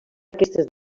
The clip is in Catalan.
aquestes